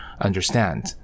understand